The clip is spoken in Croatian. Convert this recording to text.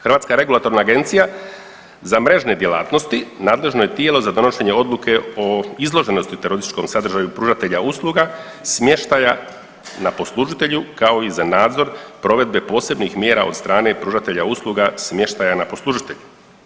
Hrvatska regulatorna agencija za mrežne djelatnosti nadležno je tijelo za donošenje odluke o izloženosti terorističkom sadržaju pružatelja usluga smještaja na poslužitelju kao i za nadzor provedbe posebnih mjera od strane pružatelja usluga smještaja na poslužitelju.